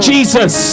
Jesus